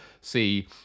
see